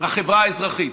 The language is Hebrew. החברה האזרחית.